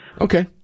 Okay